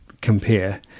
compare